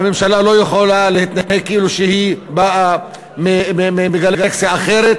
והממשלה לא יכולה להתנהג כאילו היא באה מגלקסיה אחרת.